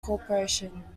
corporation